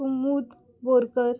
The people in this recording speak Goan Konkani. कुमूद बोरकर